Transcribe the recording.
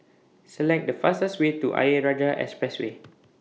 Select The fastest Way to Ayer Rajah Expressway